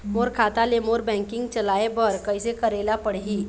मोर खाता ले मोर बैंकिंग चलाए बर कइसे करेला पढ़ही?